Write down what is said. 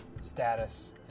status